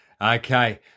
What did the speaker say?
Okay